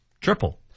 triple